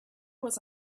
was